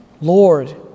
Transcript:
Lord